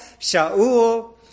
Shaul